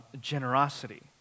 generosity